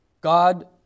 God